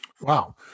Wow